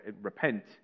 Repent